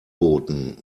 booten